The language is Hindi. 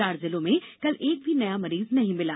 चार जिलों में कल एक भी नया मरीज नहीं मिला